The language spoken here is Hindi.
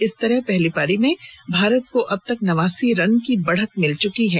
इस तरह पहली पारी में भारत को अबतक नवासी रन की बढ़त मिल चुकी है